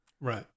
Right